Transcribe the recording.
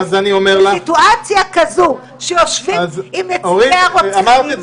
בסיטואציה כזו שיושבים עם נציגי הרוצחים,